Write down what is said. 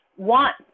Want